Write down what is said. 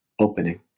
opening